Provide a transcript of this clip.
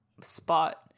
spot